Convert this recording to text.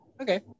okay